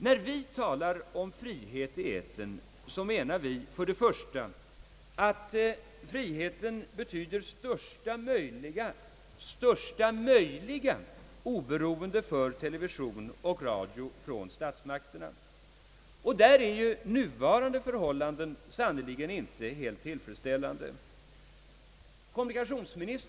När vi talar om frihet i etern menar vi för det första, att friheten betyder största möjliga oberoende för television och radio till statsmakterna. De nuvarande förhållandena är sannerligen inte helt tillfredsställande.